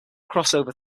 crossover